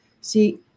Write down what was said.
See